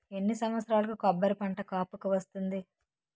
ఎన్ని సంవత్సరాలకు కొబ్బరి పంట కాపుకి వస్తుంది?